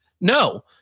no